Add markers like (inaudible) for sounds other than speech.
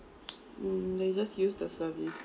(noise) mm they just use the service